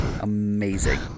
amazing